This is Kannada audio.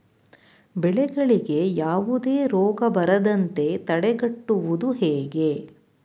ಬೆಳೆಗಳಿಗೆ ಯಾವುದೇ ರೋಗ ಬರದಂತೆ ತಡೆಗಟ್ಟುವುದು ಹೇಗೆ?